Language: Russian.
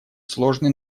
сложный